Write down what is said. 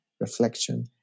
reflection